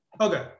Okay